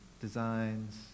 designs